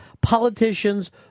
politicians